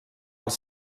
als